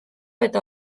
eta